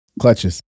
clutches